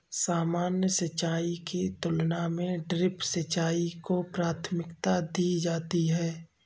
सामान्य सिंचाई की तुलना में ड्रिप सिंचाई को प्राथमिकता दी जाती है